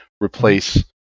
replace